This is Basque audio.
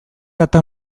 data